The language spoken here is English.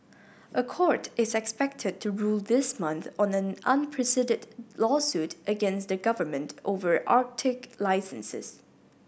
a court is expected to rule this month on an unprecedented lawsuit against the government over Arctic licenses